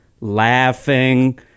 laughing